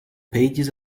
pages